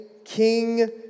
King